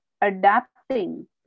adapting